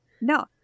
No